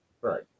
right